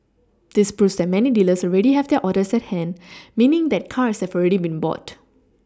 this proves that many dealers already have their orders at hand meaning that cars have already been bought